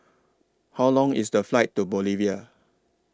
How Long IS The Flight to Bolivia